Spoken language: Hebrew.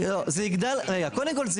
קודם כול,